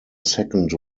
second